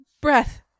breath